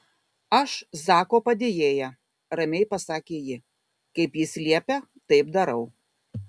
aš zako padėjėja ramiai pasakė ji kaip jis liepia taip darau